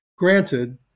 Granted